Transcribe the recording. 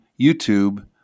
YouTube